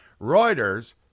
Reuters